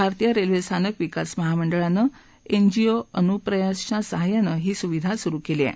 भारतीय रेल्वे स्थानक विकास महामंडळानं एनजीओ अनुप्रयासच्या सहाय्यानं ही सुविधा सुरू केली आहे